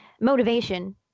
motivation